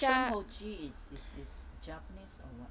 hoji is is japanese or what